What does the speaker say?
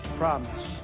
promise